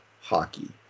hockey